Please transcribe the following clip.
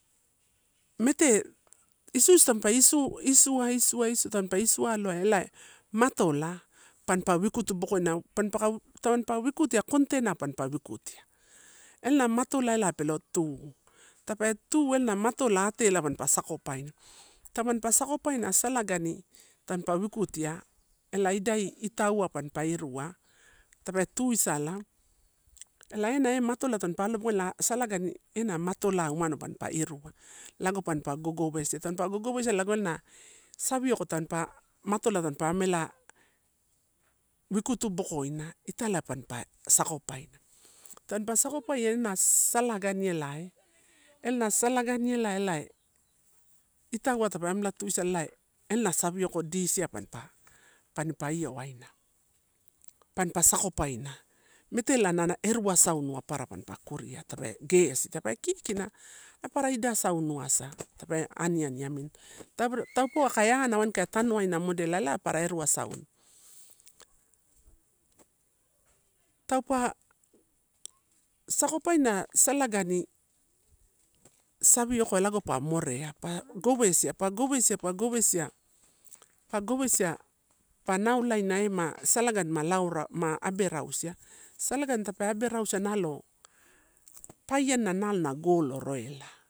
Mete, isuisu tampa isua, isua, isua, isua tampa isu aloaia elee matola, panpa ukutu bokoina, panipaka, tampa wikutia contena panpa wikutia, elana mato laelaee pelo tu. tapee tu ena matola ate la pain sakopaina. Tamanipa sakopaina salagani tampa wikutia elai idai itauai pampa irua, tape tuisala ela ena ematola tampa alobokoina ela solagani ena matolai umano mampa irua, lago pampa gogowesia, tampa gogowesia lago ena savioko matola tampa amela wikutu bokoina italai pampa sakopaina. Tanpa so kopaina ena salagaini elae, ena salagani elae elae itavai tape amela tuisala savioko isiai panipa io waina, panpa sakopaina. Metela na erua saunu apara tampa kuria tape gesi, tape kikina apara idai saunu asa tape aniani amini. Taupauwa aka na tanoaina modelala apara erua saunu. taupa sakopaina salagani savioko lago pa morea pa gowesia, pa gowesia, pa gowesia, pa gowesia pa naolainai ema salagani ma lau ma aberausia salagani tape lau rausia nalo paiana nalo na golo roila.